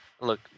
Look